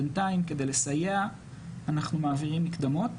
בינתיים כדי לסייע אנחנו מעבירים מקדמות.